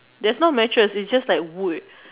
there's not mattress it's just like wood